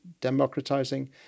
democratizing